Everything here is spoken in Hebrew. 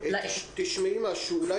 ורבים מבקשים להעביר את המידע